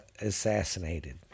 assassinated